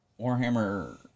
Warhammer